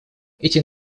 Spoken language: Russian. эти